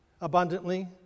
abundantly